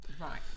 Right